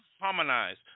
harmonize